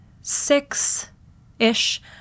six-ish